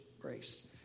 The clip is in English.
Grace